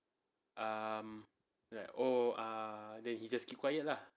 um like oh err then he just keep quiet lah